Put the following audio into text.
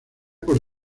por